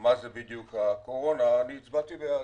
מה זה בדיוק הקורונה, אני הצבעתי בעד.